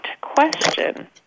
question